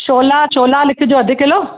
छोला छोला लिखिजो अधु किलो